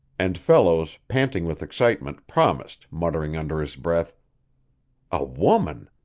and fellows, panting with excitement, promised, muttering under his breath a woman!